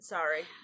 Sorry